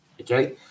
okay